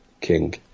king